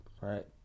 right